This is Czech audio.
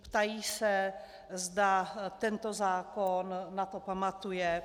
Ptají se, zda tento zákon na to pamatuje.